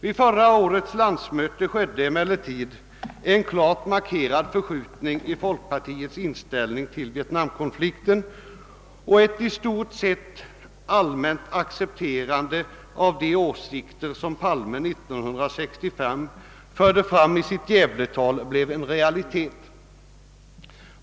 Vid förra årets landsmöte skedde emellertid en klart markerad förskjutning i folkpartiets inställning till vietnamkonflikten, och de åsikter, som herr Palme 1965 förde fram i sitt Gävle-tal, blev i stort sett allmänt accepterade.